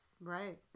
Right